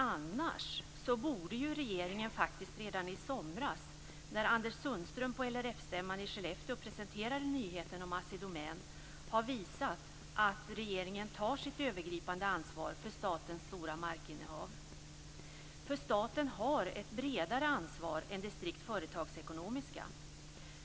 Annars borde ju regeringen redan i somras, när Anders Sundström på LRF-stämman i Skellefteå presenterade nyheten om Assi Domän, ha visat att man tar sitt övergripande ansvar för statens stora markinnehav. Staten har ett bredare ansvar än det strikt företagsekonomiska.